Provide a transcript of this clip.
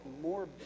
more